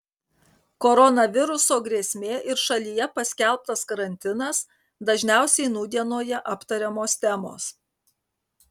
koronaviruso grėsmė ir šalyje paskelbtas karantinas dažniausiai nūdienoje aptariamos temos